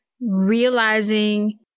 realizing